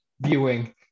viewing